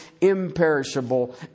imperishable